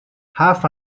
half